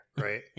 right